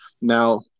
Now